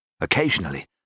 Occasionally